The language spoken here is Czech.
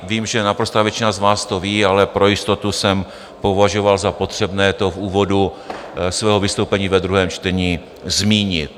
Vím, že naprostá většina z vás to ví, ale pro jistotu jsem považoval za potřebné to v úvodu svého vystoupení ve druhém čtení zmínit.